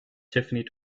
tiffany